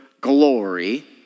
glory